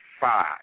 five